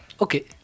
Okay